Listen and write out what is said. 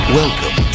welcome